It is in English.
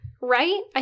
Right